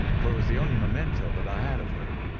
for it was the only memento that i had of her.